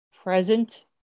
present